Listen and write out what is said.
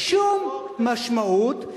שום משמעות.